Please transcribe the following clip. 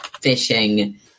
fishing